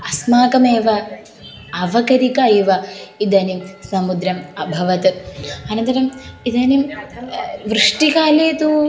अस्माकमेव अवकरिकम् एव इदानिं समुद्रम् अभवत् अनन्तरम् इदानीं वृष्टिकाले तु